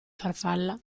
farfalla